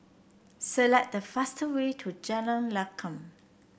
select the fastest way to Jalan Lakum